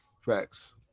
facts